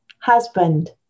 husband